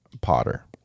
Potter